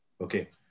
Okay